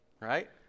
Right